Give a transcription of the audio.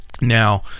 now